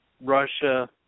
Russia